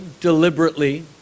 deliberately